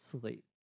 sleep